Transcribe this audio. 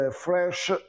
fresh